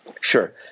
Sure